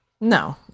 No